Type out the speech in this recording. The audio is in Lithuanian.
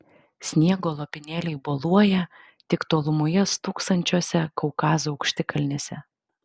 sniego lopinėliai boluoja tik tolumoje stūksančiose kaukazo aukštikalnėse